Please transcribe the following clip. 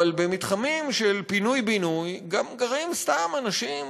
אבל במתחמים של פינוי-בינוי גם גרים סתם אנשים,